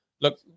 look